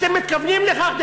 אתם מתכוונים לכך,